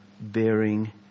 bearing